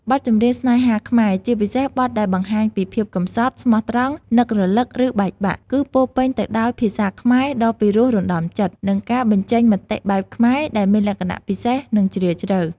បទចម្រៀងស្នេហាខ្មែរ ជាពិសេសបទដែលបង្ហាញពី ភាពកម្សត់ ស្មោះត្រង់ នឹករលឹក ឬបែកបាក់ គឺពោរពេញទៅដោយ ភាសាខ្មែរដ៏ពីរោះរណ្ដំចិត្ត និងការបញ្ចេញមតិបែបខ្មែរ ដែលមានលក្ខណៈពិសេស និងជ្រាលជ្រៅ។